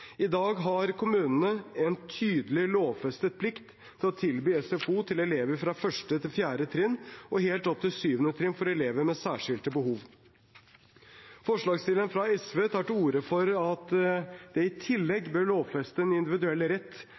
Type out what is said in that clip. I dag har kommunene en tydelig og lovfestet plikt til å tilby SFO til elever på 1.–4. trinn og helt opp til 7. trinn for elever med særskilte behov. Forslagsstillerne fra SV tar til orde for at det i tillegg bør lovfestes en individuell rett